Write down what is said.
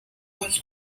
moich